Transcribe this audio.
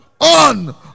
on